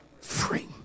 free